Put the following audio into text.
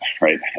right